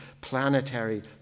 planetary